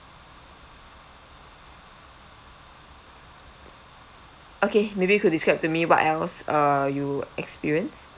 okay maybe you could describe to me what else uh you experienced